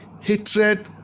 Hatred